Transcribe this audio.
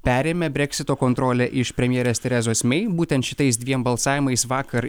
perėmė breksito kontrolę iš premjerės terezos mei būtent šitais dviem balsavimais vakar